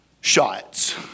shots